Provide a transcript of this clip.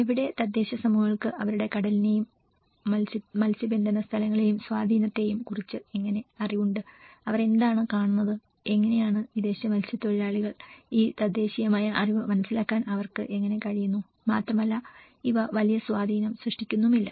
എവിടെ തദ്ദേശീയ സമൂഹങ്ങൾക്ക് അവരുടെ കടലിനെയും മത്സ്യബന്ധന സ്ഥലങ്ങളെയും സ്വാധീനത്തെയും കുറിച്ച് എങ്ങനെ അറിവുണ്ട് അവർ എന്താണ് കാണുന്നത് എങ്ങനെയാണ് വിദേശ മത്സ്യത്തൊഴിലാളികൾ ഈ തദ്ദേശീയമായ അറിവ് മനസ്സിലാക്കാൻ അവർക്ക് എങ്ങനെ കഴിയുന്നു മാത്രമല്ല ഇവ വലിയ സ്വാധീനം സൃഷ്ടിക്കുന്നുമില്ല